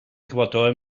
quartal